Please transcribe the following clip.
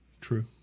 True